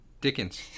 Dickens